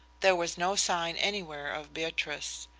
there was no sign anywhere of beatrice.